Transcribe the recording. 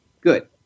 Good